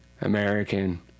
American